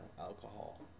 alcohol